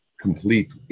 complete